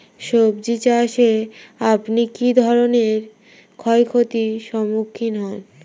সবজী চাষে আপনি কী ধরনের ক্ষয়ক্ষতির সম্মুক্ষীণ হন?